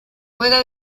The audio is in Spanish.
juega